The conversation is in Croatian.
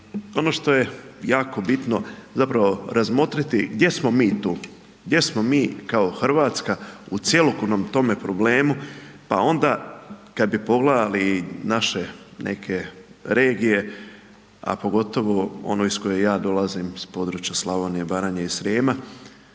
ono što je jako bitno zapravo razmotriti gdje smo mi tu. Gdje smo kao Hrvatska u cjelokupnom tome problemu, pa onda kad bi pogledali naše neke regije, a pogotovo onu iz koje ja dolazim iz područja Slavonije, Baranje i Srijema